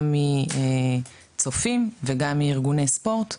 גם מצופים וגם מארגוני ספורט,